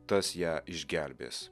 tas ją išgelbės